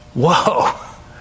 Whoa